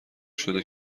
شده